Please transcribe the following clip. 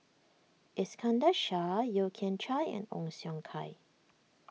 Iskandar Shah Yeo Kian Chai and Ong Siong Kai